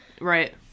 right